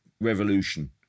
revolution